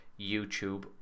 YouTube